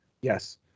Yes